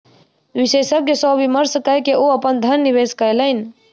विशेषज्ञ सॅ विमर्श कय के ओ अपन धन निवेश कयलैन